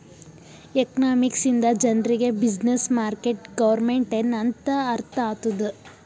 economics ಇಂದ ಜನರಿಗ್ business, market, government ಎನ್ ಅಂತ್ ಅರ್ಥ ಆತ್ತುದ್